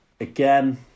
again